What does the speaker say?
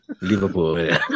Liverpool